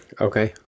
Okay